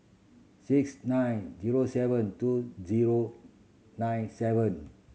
six nine zero seven two zero nine seven